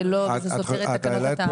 וסותר את תקנות התעבורה.